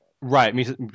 Right